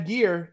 Gear